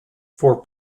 for